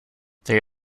they